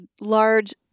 large